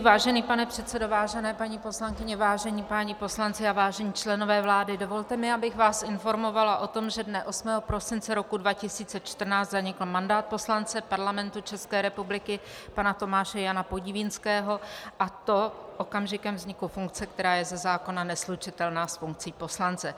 Vážený pane předsedo, vážené paní poslankyně, vážení páni poslanci a vážení členové vlády, dovolte mi, abych vás informovala o tom, že dne 8. prosince roku 2014 zanikl mandát poslance Parlamentu České republiky pana Tomáše Jana Podivínského, a to okamžikem vzniku funkce, která je ze zákona neslučitelná s funkcí poslance.